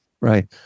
Right